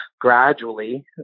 gradually